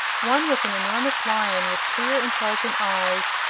one was an enormous lion with clear, intelligent eyes,